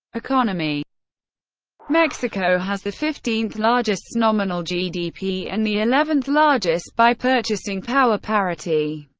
economy mexico has the fifteenth largest nominal gdp and the eleventh largest by purchasing power parity.